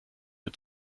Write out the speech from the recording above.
für